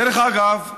דרך אגב,